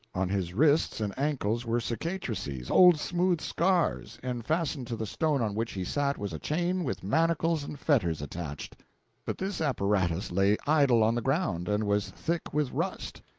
on his wrists and ankles were cicatrices, old smooth scars, and fastened to the stone on which he sat was a chain with manacles and fetters attached but this apparatus lay idle on the ground, and was thick with rust.